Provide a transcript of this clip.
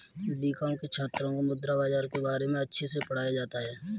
BCom के छात्रों को मुद्रा बाजार के बारे में अच्छे से पढ़ाया जाता है